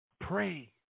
Pray